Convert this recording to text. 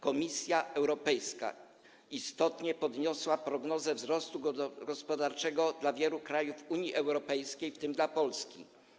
Komisja Europejska istotnie podniosła prognozę wzrostu gospodarczego dla wielu krajów Unii Europejskiej, w tym dla Polski.